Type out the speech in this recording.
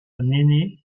aîné